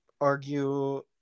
argue